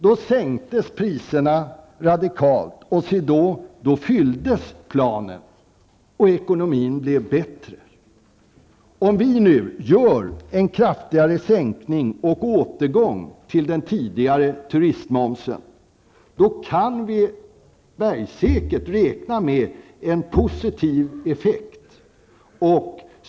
Då sänktes priserna radikalt. Planen fylldes, och ekonomin blev bättre. Om vi vidtar en kraftigare sänkning och återgår till den tidigare turistmomsen, kan vi bergsäkert räkna med en positiv effekt.